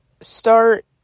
start